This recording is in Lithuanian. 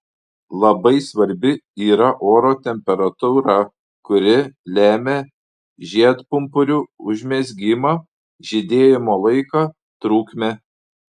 labai svarbi yra oro temperatūra kuri lemia žiedpumpurių užmezgimą žydėjimo laiką trukmę